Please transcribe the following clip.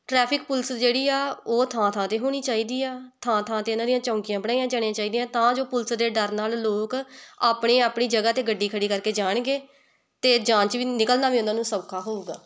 traffic police ਜਿਹੜੀ ਆ ਉਹ ਥਾਂ ਥਾਂ 'ਤੇ ਹੋਣੀ ਚਾਹੀਦੀ ਆ ਥਾਂ ਥਾਂ 'ਤੇ ਇਹਨਾਂ ਦੀਆਂ ਚੌਕੀਆਂ ਬਣਾਈਆਂ ਜਾਣੀਆਂ ਚਾਹੀਦੀਆਂ ਤਾਂ ਜੋ ਪੁਲਿਸ ਦੇ ਡਰ ਨਾਲ ਲੋਕ ਆਪਣੀ ਆਪਣੀ ਜਗ੍ਹਾ 'ਤੇ ਗੱਡੀ ਖੜ੍ਹੀ ਕਰਕੇ ਜਾਣਗੇ ਅਤੇ ਜਾਣ 'ਚ ਵੀ ਨਿਕਲਣਾ ਵੀ ਉਹਨਾਂ ਨੂੰ ਸੌਖਾ ਹੋਊਗਾ